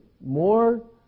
more